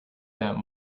that